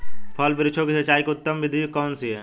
फल वृक्षों की सिंचाई की उत्तम विधि कौन सी है?